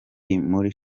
muri